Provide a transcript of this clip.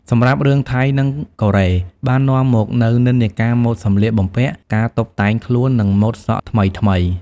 សម្រាប់រឿងថៃ និងកូរ៉េបាននាំមកនូវនិន្នាការម៉ូដសម្លៀកបំពាក់ ការតុបតែងខ្លួន និងម៉ូដសក់ថ្មីៗ។